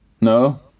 No